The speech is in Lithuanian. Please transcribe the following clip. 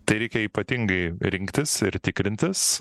tai reikia ypatingai rinktis ir tikrintis